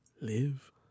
live